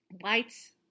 Lights